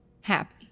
happy